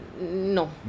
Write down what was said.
No